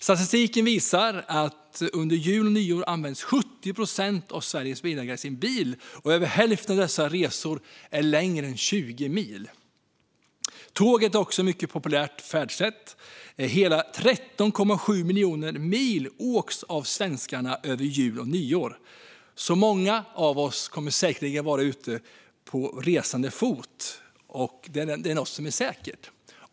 Statistiken visar att under jul och nyår använder 70 procent av Sveriges bilägare sin bil, och över hälften av dessa resor är längre än 20 mil. Tåget är också ett mycket populärt färdsätt. Hela 13,7 miljoner mil åks av svenskarna över jul och nyår. Många av oss kommer alltså att vara ute på resande fot; det är ett som är säkert.